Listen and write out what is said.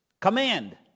Command